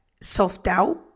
self-doubt